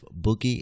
boogie